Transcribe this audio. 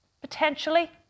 potentially